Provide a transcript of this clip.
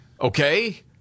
Okay